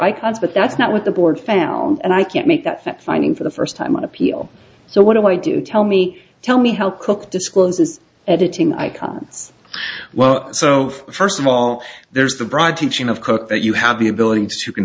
icons but that's not what the board found and i can't make that finding for the first time on appeal so what do i do tell me tell me how cook discloses editing icons well so first of all there's the broad teaching of cook that you have the ability to